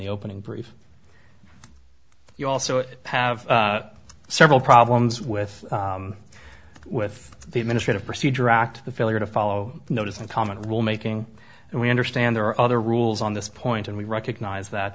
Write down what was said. the opening brief you also have several problems with with the administrative procedure act the failure to follow notice and comment rule making and we understand there are other rules on this point and we recognize that